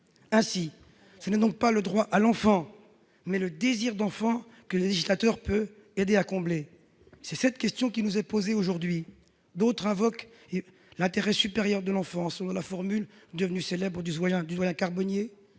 Ainsi, c'est non pas le droit à l'enfant, mais le désir d'enfant, que le législateur peut aider à satisfaire. C'est cette question qui nous est posée aujourd'hui. D'autres invoquent l'intérêt supérieur de l'enfant. Selon la formule, devenue célèbre, du doyen Carbonnier,